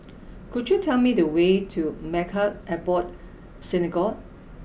could you tell me the way to Maghain Aboth Synagogue